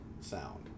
sound